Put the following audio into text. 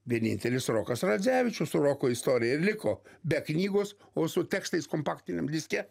vienintelis rokas radzevičius roko istorijoj liko be knygos o su tekstais kompaktiniam diske